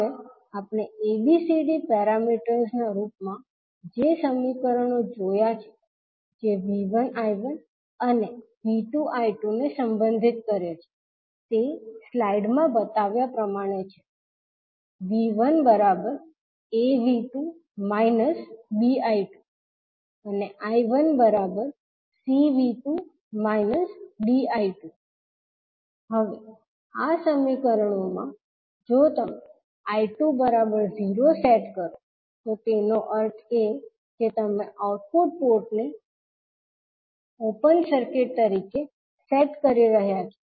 હવે આપણે ABCD પેરામીટર્સના રૂપમાં જે સમીકરણો જોયા છે જે 𝐕1 𝐈1 અને 𝐕2 𝐈2 ને સંબંધિત કરે છે તે સ્લાઇડમાં બતાવ્યા પ્રમાણે છે 𝐕1 𝐀𝐕2 − 𝐁𝐈2 𝐈1 𝐂𝐕2 − 𝐃𝐈2 હવે આ સમીકરણોમાં જો તમે 𝐈2 0 સેટ કરો તો તેનો અર્થ એ કે તમે આઉટપુટ પોર્ટને ઓપન સર્કિટ તરીકે સેટ કરી રહ્યા છો